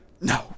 No